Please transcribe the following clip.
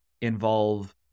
involve